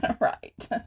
Right